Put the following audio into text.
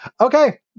Okay